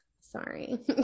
Sorry